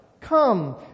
Come